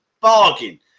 Bargain